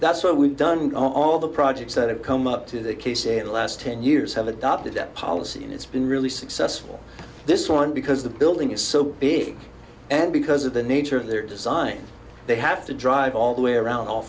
that's what we've done in all the projects that have come up to the case it last ten years have adopted that policy and it's been really successful this one because the building is so big and because of the nature of their design they have to drive all the way around all